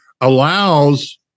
allows